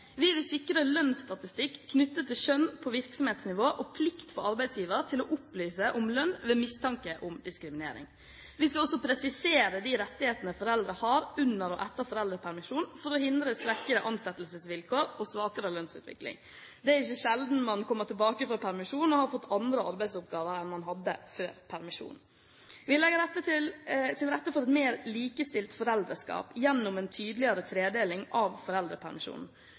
Vi vil sikre lønnsstatistikk knyttet til kjønn på virksomhetsnivå og plikt for arbeidsgiver til å opplyse om lønn ved mistanke om diskriminering. Vi skal også presisere de rettighetene foreldre har under og etter foreldrepermisjon, for å hindre svekkede ansettelsesvilkår og svakere lønnsutvikling. Det er ikke sjelden man kommer tilbake fra permisjon og har fått andre arbeidsoppgaver enn dem man hadde før permisjonen. Vi legger til rette for et mer likestilt foreldreskap gjennom en tydeligere tredeling av